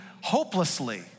hopelessly